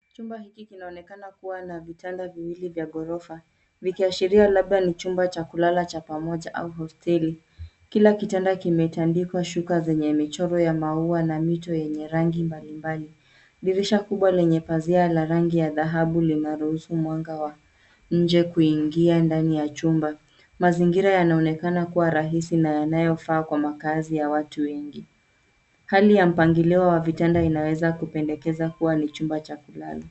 Chumba hiki kinaonekana kuwa na vitanda viwili vya ghorofa, vikiashiria labda ni chumba cha kulala cha pamoja au hosteli. Kila kitanda kimetandikwa shuka zenye michoro ya maua na mito yenye rangi mbalimbali. Dirirsha kubwa lenye pazia la rangi ya dhahabu linaruhusu mwanga wa nje kuingia ndani ya chumba. Mazingira yanaonekana kuwa rahisi na yanayofaa kwa makaazi ya watu wengi. Hali ya mpangilio wa vitanda inaweza kupendekeza kuwa ni chumba cha kulala.